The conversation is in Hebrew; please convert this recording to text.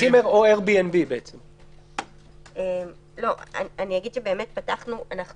צימר או אייר BNB. אמרנו מלכתחילה